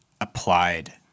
Applied